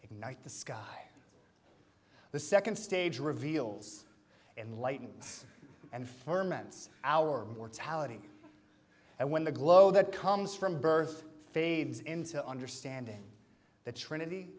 ignite the sky the second stage reveals and lightens and ferment our mortality and when the glow that comes from birth fades into understanding the trinity